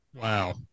Wow